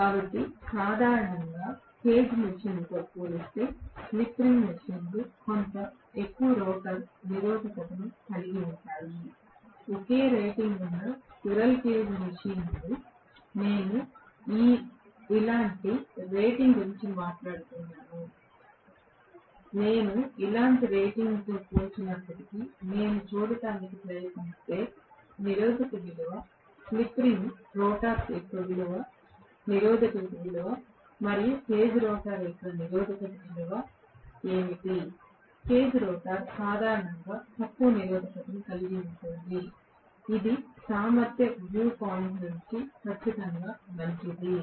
కాబట్టి సాధారణంగా కేజ్ మెషీన్లతో పోలిస్తే స్లిప్ రింగ్ మెషీన్లు కొంత ఎక్కువ రోటర్ నిరోధకతను కలిగి ఉంటాయి ఒకే రేటింగ్ ఉన్న స్క్విరెల్ కేజ్ మెషీన్లు నేను ఇలాంటి రేటింగ్ గురించి మాట్లాడుతున్నాను నేను ఇలాంటి రేటింగ్స్ పోల్చినప్పటికీ నేను చూడటానికి ప్రయత్నిస్తే నిరోధక విలువ స్లిప్ రింగ్ రోటర్స్ యొక్క నిరోధకత విలువ మరియు కేజ్ రోటర్ యొక్క నిరోధకత ఏమిటి కేజ్ రోటర్ సాధారణంగా తక్కువ నిరోధకతను కలిగి ఉంటుంది ఇది సమర్థత వ్యూ పాయింట్ నుండి ఖచ్చితంగా మంచిది